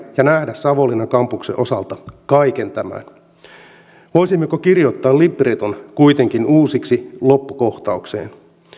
ja nähdä savonlinnan kampuksen osalta kaiken tämän voisimmeko kirjoittaa libreton kuitenkin uusiksi loppukohtaukseen